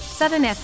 Southern